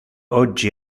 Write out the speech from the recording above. oggi